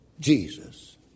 Jesus